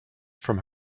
from